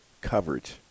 Coverage